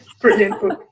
brilliant